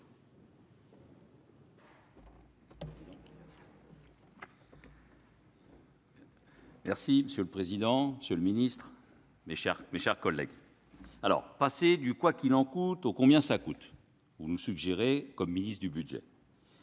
Merci monsieur le président, c'est le ministre mais Sharp, mes chers collègues alors passer du quoi qu'il en coûte au combien ça coûte vous nous suggérez comme ministre du Budget.